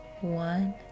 one